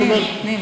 פנים.